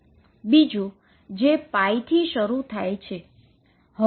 બીજો જે π થી શરૂ થાય છે